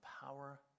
power